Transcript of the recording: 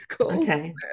okay